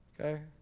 Okay